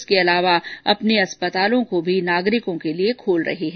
इसके अलावा सेना अपने अस्पतालों को भी नागरिकों के लिए खोल रही है